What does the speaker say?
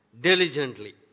diligently